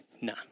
Nah